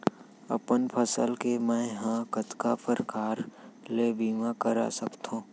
अपन फसल के मै ह कतका प्रकार ले बीमा करा सकथो?